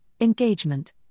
engagement